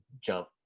jump